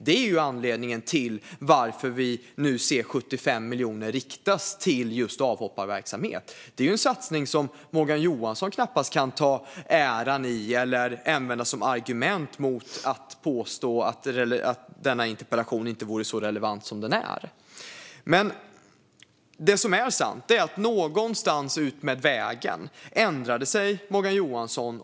Det är ju anledningen till att vi nu ser 75 miljoner riktas till just avhopparverksamhet. Det är en satsning som Morgan Johansson knappast kan ta åt sig äran för eller använda som argument för att min interpellation inte skulle vara relevant. Det som är sant är att Morgan Johansson och regeringen har ändrat sig någonstans utmed vägen.